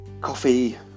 coffee